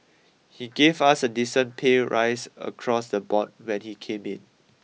he gave us a decent pay rise across the board when he came in